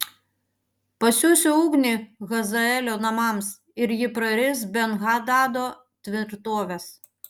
pasiųsiu ugnį hazaelio namams ir ji praris ben hadado tvirtoves